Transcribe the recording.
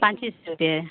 पाँच ही सौ रुपया है